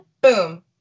boom